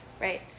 right